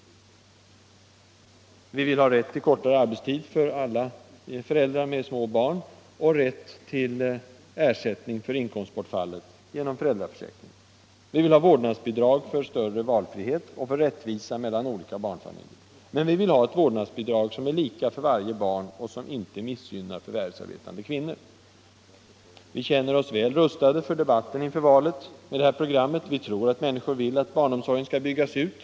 Vi vill ha rätt till kortare arbetstid för föräldrar med små barn — och rätt till ersättning för inkomstbortfallet genom föräldraförsäkringen. Vi vill ha vårdnadsbidrag för ökad valfrihet och för rättvisa mellan olika barnfamiljer. Men vi vill ha ett vårdnadsbidrag som är lika för varje barn och som inte missgynnar förvärvsarbetande kvinnor. Vi känner oss väl rustade för debatten inför valet med det här programmet. Vi tror att människorna vill att barnomsorgen skall byggas ut.